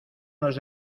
nos